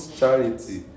charity